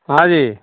नहि